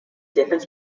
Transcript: different